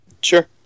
Sure